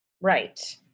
Right